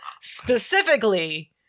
specifically